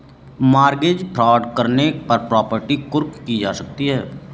mortgage fraud करने पर property कुर्क की जा सकती है